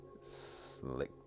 slick